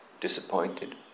disappointed